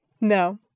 No